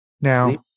Now